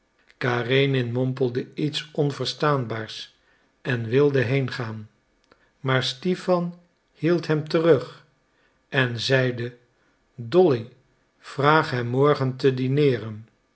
mompelde iets onverstaanbaars en wilde heengaan maar stipan hield hem terug en zeide dolly vraag hem morgen te dineeren